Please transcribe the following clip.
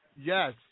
Yes